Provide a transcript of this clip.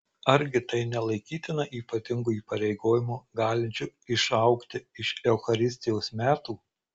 argi tai nelaikytina ypatingu įpareigojimu galinčiu išaugti iš eucharistijos metų